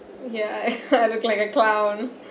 ya I I looking like a clown